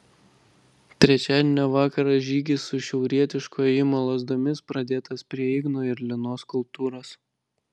trečiadienio vakarą žygis su šiaurietiško ėjimo lazdomis pradėtas prie igno ir linos skulptūros